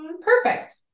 Perfect